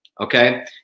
okay